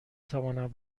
توانم